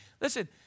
Listen